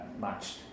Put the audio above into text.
matched